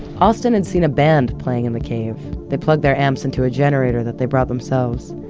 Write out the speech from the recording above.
austin had seen a band playing in the cave. they plugged their amps into a generator that they brought themselves.